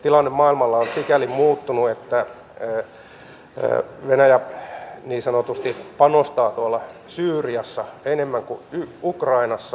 tilanne maailmalla on sikäli muuttunut että venäjä niin sanotusti panostaa tuolla syyriassa enemmän kuin ukrainassa